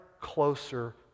closer